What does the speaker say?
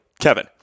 Kevin